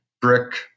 brick